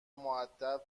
مودب